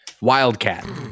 Wildcat